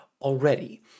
already